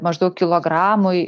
maždaug kilogramui